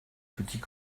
petits